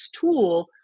tool